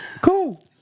Cool